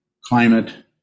climate